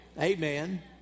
Amen